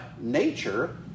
nature